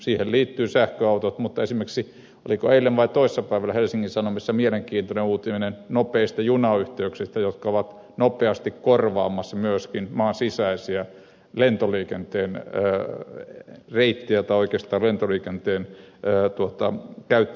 siihen liittyvät sähköautot mutta esimerkiksi oliko eilen vai toissapäivänä helsingin sanomissa mielenkiintoinen uutinen nopeista junayhteyksistä jotka ovat nopeasti korvaamassa myöskin maan sisäisiä lentoliikenteen reittejä tai oikeastaan lentoliikenteen käyttäjämääriä